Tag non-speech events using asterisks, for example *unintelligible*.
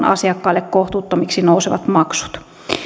*unintelligible* asiakkaille kohtuuttomiksi nousevat maksut